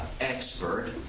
expert